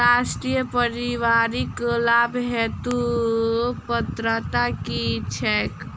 राष्ट्रीय परिवारिक लाभ हेतु पात्रता की छैक